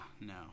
no